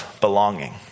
belonging